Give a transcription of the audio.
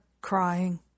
crying